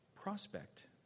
prospect